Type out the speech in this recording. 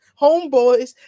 Homeboys